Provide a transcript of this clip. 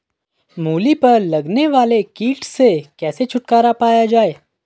मूली पर लगने वाले कीट से कैसे छुटकारा पाया जाये?